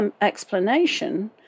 explanation